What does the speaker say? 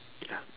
ya